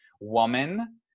woman